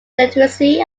literacy